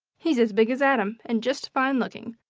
he's as big as adam, and just fine looking.